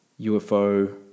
UFO